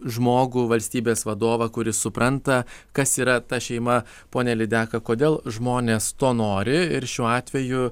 žmogų valstybės vadovą kuris supranta kas yra ta šeima pone lydeka kodėl žmonės to nori ir šiuo atveju